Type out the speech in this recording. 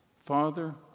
Father